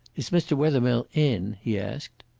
is mr. wethermill in? he asked.